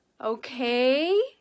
okay